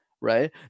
right